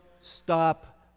stop